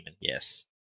yes